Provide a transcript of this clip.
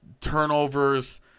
turnovers